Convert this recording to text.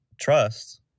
trust